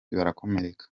barakomereka